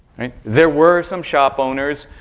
right? there were some shop owners,